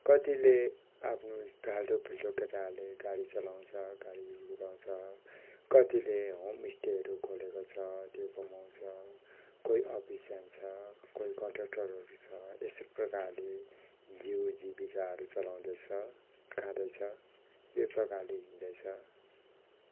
कतिले आफ्नो फाल्टो फिल्टो केटाहरूले गाडी चलाउँछ गाडीहरू कुदाउँछ कतिले होमस्टेहरू खोलेको छ त्यो कमाउँछ कोही अफिस जान्छ कोही कन्ट्र्याक्टरहरू छ यसै प्रकारले जीव जीविकाहरू चलाउँदैछ खाँदैछ यो प्रकारले हिँड्दैछ